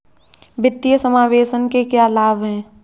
वित्तीय समावेशन के क्या लाभ हैं?